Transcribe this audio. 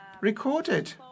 recorded